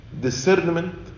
discernment